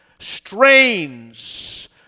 strains